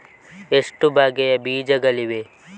ಎಷ್ಟು ಬಗೆಯ ಬೀಜಗಳಿವೆ?